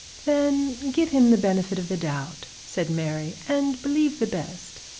then give him the benefit of the doubt said mary, and believe the best